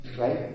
Right